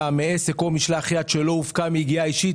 מעסק או משלח יד שלא הופקע מיגיעה אישית".